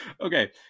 Okay